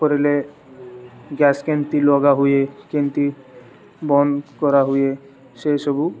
କରିଲେ ଗ୍ୟାସ କେମତି ଲଗା ହୁଏ କେମିତି ବନ୍ଦ କରାହୁଏ ସେସବୁ